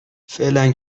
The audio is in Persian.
فعلا